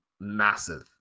massive